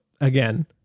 again